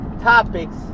topics